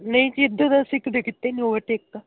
ਨਹੀਂ ਜੀ ਇੱਦਾਂ ਤਾਂ ਅਸੀਂ ਕਦੇ ਕੀਤਾ ਹੀ ਨਹੀਂ ਓਵਰਟੇਕ ਤਾਂ